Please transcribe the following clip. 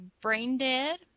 brain-dead